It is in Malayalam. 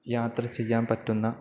യാത്ര ചെയ്യാൻ പറ്റുന്ന